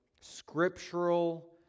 scriptural